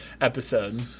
episode